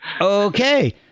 okay